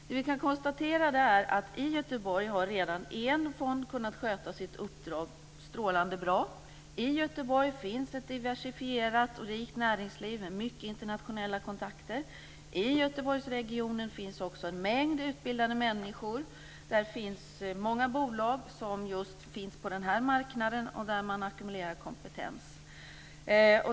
Det vi kan konstatera är att en fond redan har kunnat sköta sitt uppdrag strålande bra i Göteborg. Där finns ett diversifierat och rikt näringsliv, med mycket internationella kontakter. I Göteborgsregionen finns också en mängd utbildade människor. Där finns många bolag just på den här marknaden, och där ackumulerar man kompetens.